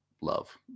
love